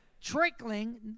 Trickling